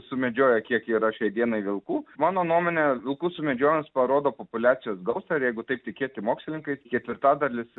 sumedžioja kiek yra šiai dienai vilkų mano nuomone vilkų sumedžiojimas parodo populiacijos gausą ir jeigu taip tikėti mokslininkais ketvirtadalis